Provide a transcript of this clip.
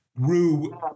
grew